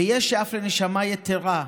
ויש שאף לנשמה יתרה,